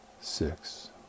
six